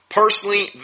personally